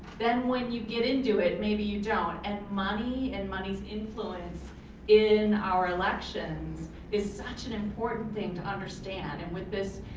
then when you get into it, maybe you don't and money and money's influence in our elections is such an important thing to understand. and with this